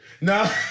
No